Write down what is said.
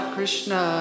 Krishna